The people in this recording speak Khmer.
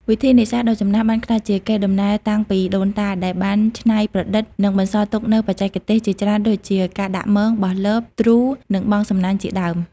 វិធីនេសាទដ៏ចំណាស់បានក្លាយជាកេរដំណែលតាំងពីដូនតា ដែលបានច្នៃប្រឌិត និងបន្សល់ទុកនូវបច្ចេកទេសជាច្រើនដូចជា ការដាក់មង បោះលប ទ្រូ និងបង់សំណាញ់ជាដើម។